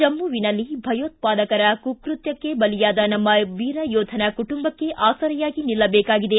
ಜಮ್ಮವಿನಲ್ಲಿ ಭಯೋತ್ವಾದಕರ ಕುಕೃತ್ವಕ್ಕೆ ಬಲಿಯಾದ ನಮ್ಮ ವೀರ ಯೋಧನ ಕುಟುಂಬಕ್ಕೆ ಆಸರೆಯಾಗಿ ನಿಲ್ಲದೇಕಾಗಿದೆ